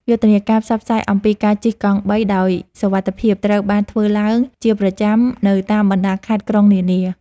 យុទ្ធនាការផ្សព្វផ្សាយអំពីការជិះកង់បីដោយសុវត្ថិភាពត្រូវបានធ្វើឡើងជាប្រចាំនៅតាមបណ្ដាខេត្តក្រុងនានា។